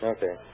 Okay